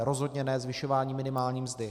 Rozhodně ne zvyšování minimální mzdy.